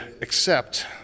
accept